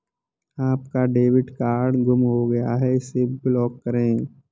आपका debit card गुम हो गया है इसे ब्लॉक करें